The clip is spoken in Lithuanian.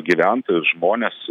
gyventojus žmones